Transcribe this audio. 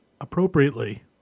appropriately